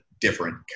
different